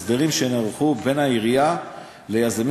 הסדרים שנערכו בין העירייה ליזמים